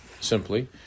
simply